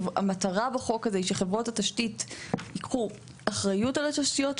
המטרה בחוק הזה היא שחברות התשתית יקחו אחריות על התשתיות שלהם,